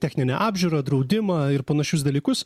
techninę apžiūrą draudimą ir panašius dalykus